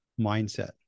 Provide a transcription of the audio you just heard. mindset